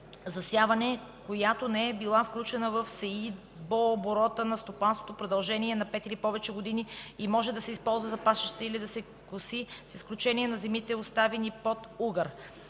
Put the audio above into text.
(засяване), която не е била включена в сеитбооборота на стопанството в продължение на 5 или повече години, и може да се използва за пасище или да се коси, с изключение на земите, оставени под угар.